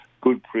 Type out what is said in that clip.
Good